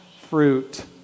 fruit